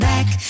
Back